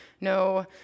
No